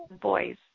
boys